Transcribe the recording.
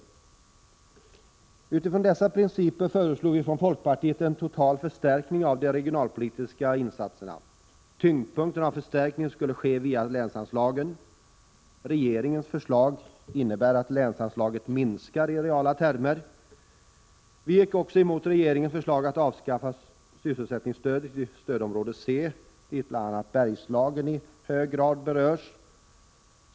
Med utgångspunkt i dessa principer föreslog folkpartiet en total förstärkning av de regionalpolitiska insatserna. Tyngdpunkten i förstärkningen skulle läggas på länsanslagen. Regeringens förslag innebar att länsanslaget skulle minskas i reala termer. Folkpartiet gick också emot regeringens förslag att avskaffa sysselsättningsstödet i stödområde C, dit bl.a. Bergslagen i hög grad bör räknas.